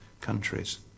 countries